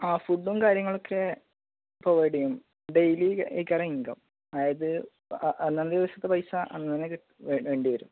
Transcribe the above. ആ ഫുഡും കാര്യങ്ങളുമൊക്കെ പ്രൊവൈഡ് ചെയ്യും ഡെയിലി ഈ ഇൻകം അതായത് അന്നന്ന് ദിവസത്തെ പൈസ അന്നുതന്നെ വേണ്ടി വരും